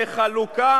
זה חלוקה?